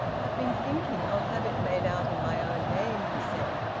i've been thinking i'll have it made out in my own name, he said.